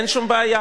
אין שום בעיה.